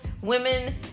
women